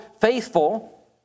faithful